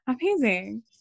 amazing